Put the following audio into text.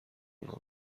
آنان